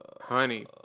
Honey